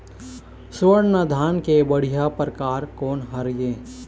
स्वर्णा धान के बढ़िया परकार कोन हर ये?